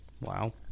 Wow